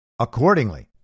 Accordingly